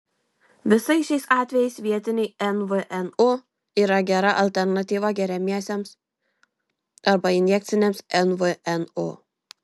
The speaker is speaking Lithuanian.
visais šiais atvejais vietiniai nvnu yra gera alternatyva geriamiesiems arba injekciniams nvnu